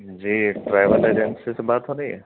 جی travel agency سے بات ہو رہی ہے